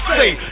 say